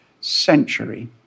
century